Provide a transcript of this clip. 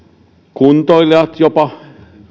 kuntoilijat jopa